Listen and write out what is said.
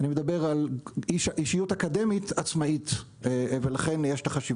אני מדבר על אישיות אקדמית עצמאית ולכן יש לכך חשיבות.